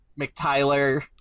McTyler